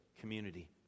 community